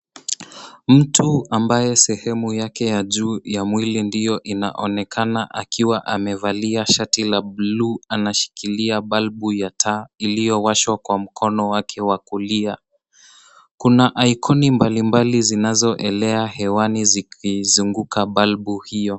Mtu ambayo sehemu yake ya juu ya mwili ndio inaonekana akiwa amevalia shati la blue anashikilia balbu ya taa, iliyowashwa kwa mkono wake wa kulia. Kuna ikoni mbalimbali zinazoelea hewani zikizunguka balbu hio.